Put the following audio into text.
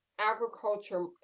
agriculture